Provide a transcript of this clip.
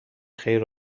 خیر